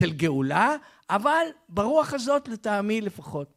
תל גאולה, אבל ברוח הזאת לטעמי לפחות.